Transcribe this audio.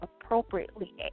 appropriately